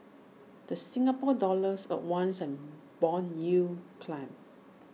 the Singapore dollar advanced and Bond yields climbed